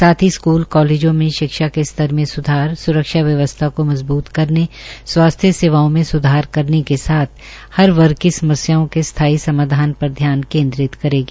साथ ही स्कूल कॉलेजों में शिक्षा के स्तर में सुधार सुरक्षा व्यवस्था को मजबूत करने स्वास्थ्य सेवाओं में सुधार करने के साथ हर वर्ग की समस्याओं के स्थाई समाधान पर ध्यान केंद्रित करेगी